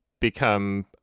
become